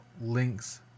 links